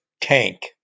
tank